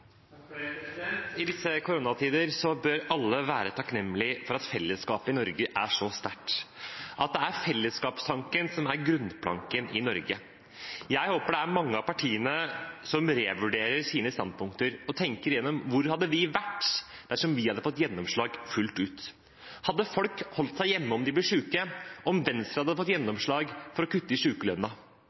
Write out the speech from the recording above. er fellesskapstanken som er grunnplanken i Norge. Jeg håper det er mange av partiene som revurderer sine standpunkter og tenker igjennom: Hvor hadde vi vært dersom vi hadde fått gjennomslag fullt ut? Hadde folk holdt seg hjemme om de ble syke, om Venstre hadde fått gjennomslag for å kutte i